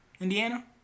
Indiana